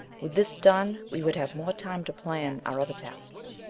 with this done we would have more time to plan our other tasks.